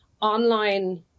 online